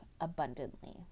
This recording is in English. abundantly